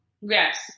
Yes